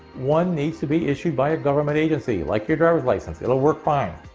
one needs to be issued by a government agency, like your driver's license. it'll work fine.